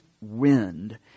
wind